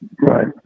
Right